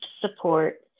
support